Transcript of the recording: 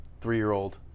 three-year-old